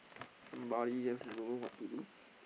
somebody just don't know what to do